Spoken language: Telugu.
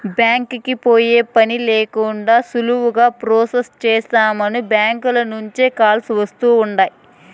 బ్యాంకీకి పోయే పనే లేకండా సులువుగా ప్రొసెస్ చేస్తామని బ్యాంకీల నుంచే కాల్స్ వస్తుండాయ్